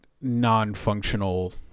non-functional